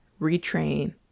retrain